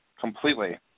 completely